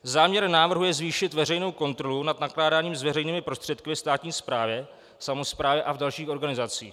Záměr návrhu je zvýšit veřejnou kontrolu nad nakládáním s veřejnými prostředky ve státní správě, samosprávě a dalších organizacích.